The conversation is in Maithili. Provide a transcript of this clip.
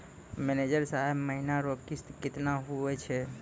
मैनेजर साहब महीना रो किस्त कितना हुवै छै